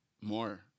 More